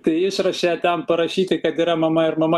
tai išraše ten parašyti kad yra mama ir mama